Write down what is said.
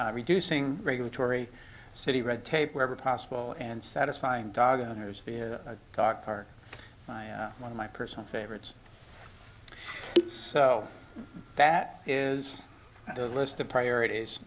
get reducing regulatory city red tape wherever possible and satisfying dog owners talk are one of my personal favorites so that is the list of priorities